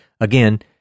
again